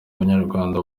banyarwanda